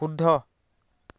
শুদ্ধ